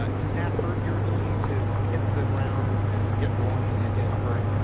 um does that hurt your ability to hit the ground and get rolling in a hurry?